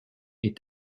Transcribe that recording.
est